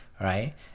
right